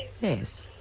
Yes